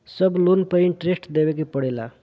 सब लोन पर इन्टरेस्ट देवे के पड़ेला?